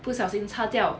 不小心擦掉